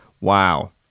Wow